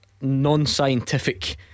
non-scientific